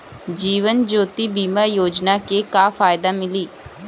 जीवन ज्योति बीमा योजना के का फायदा मिली?